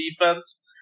defense